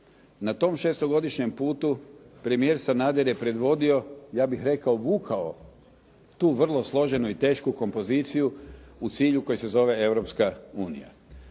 Na tom šestogodišnjem putu premijer Sanader je predvodio, ja bih rekao vukao tu vrlo složenu i tešku kompoziciju u cilju koji se zove Europska unija.